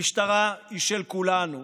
המשטרה היא של כולנו,